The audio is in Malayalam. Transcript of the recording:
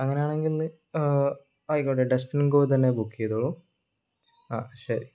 അങ്ങനെയാണെങ്കിൽ ആയിക്കോട്ടെ ഡാറ്റ്സൻ ഗോ തന്നെ ബുക്ക് ചെയ്തോളു ആ ശരി